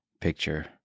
picture